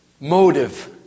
motive